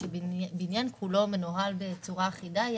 שכאשר בניין כולו מנוהל בצורה אחידה,